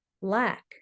lack